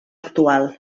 actual